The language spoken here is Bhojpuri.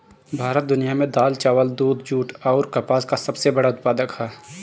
भारत दुनिया में दाल चावल दूध जूट आउर कपास का सबसे बड़ा उत्पादक ह